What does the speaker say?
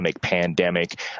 pandemic